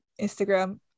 Instagram